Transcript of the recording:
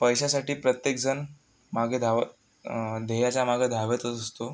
पैशासाठी प्रत्येकजण मागे धावत ध्येयाच्या मागं धावतच असतो